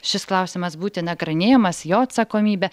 šis klausimas būti nagrinėjamas jo atsakomybė